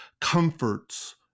comforts